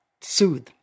soothe